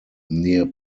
near